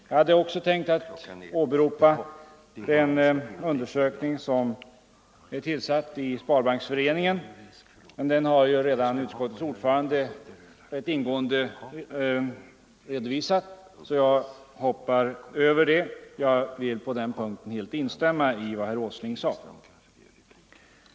Jag hade också tänkt åberopa en undersökning av Sparbanksföreningen, men den har redan utskottets ordförande rätt ingående redovisat, så jag hoppar över den. Jag vill på den punkten helt instämma i vad herr Åsling sade.